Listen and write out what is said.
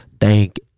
Thank